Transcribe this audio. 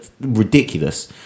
ridiculous